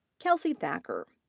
kelsey thacker.